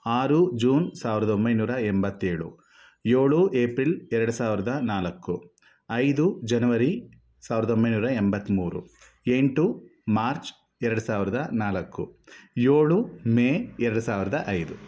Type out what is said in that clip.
ಆರು ಜೂನ್ ಸಾವಿರದ ಒಂಬೈನೂರ ಎಂಬತ್ತೇಳು ಏಳು ಏಪ್ರಿಲ್ ಎರಡು ಸಾವಿರದ ನಾಲ್ಕು ಐದು ಜನವರಿ ಸಾವಿರದ ಒಂಬೈನೂರ ಎಂಬತ್ತ್ಮೂರು ಎಂಟು ಮಾರ್ಚ್ ಎರಡು ಸಾವಿರದ ನಾಲ್ಕು ಏಳು ಮೇ ಎರಡು ಸಾವಿರದ ಐದು